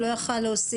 לא יכול להוסיף,